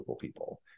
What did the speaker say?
people